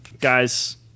Guys